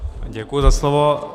Děkuji za slovo.